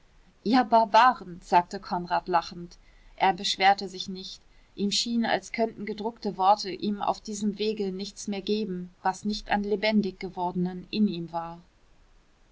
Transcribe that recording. ihr barbaren sagte konrad lachend er beschwerte sich nicht ihm schien als könnten gedruckte worte ihm auf diesem wege nichts mehr geben was nicht an lebendig gewordenem in ihm war